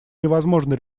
невозможно